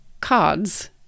cards